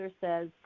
says